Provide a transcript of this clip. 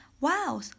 Wow